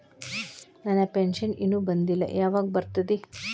ನನ್ನ ಪೆನ್ಶನ್ ಇನ್ನೂ ಬಂದಿಲ್ಲ ಯಾವಾಗ ಬರ್ತದ್ರಿ?